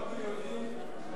לא ביודעין,